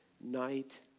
Night